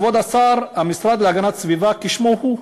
כבוד השר, המשרד להגנת הסביבה, כשמו הוא: